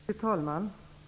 Fru talman!